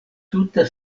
tuta